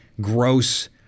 gross